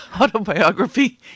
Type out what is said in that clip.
autobiography